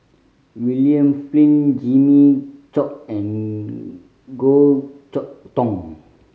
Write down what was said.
William Flint Jimmy Chok and Goh Chok Tong